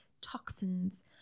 toxins